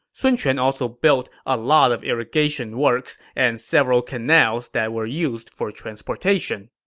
sun quan also build a lot of irrigation works and several canals that were used for transportation